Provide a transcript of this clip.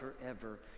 forever